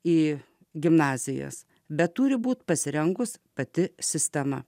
į gimnazijas bet turi būti pasirengus pati sistema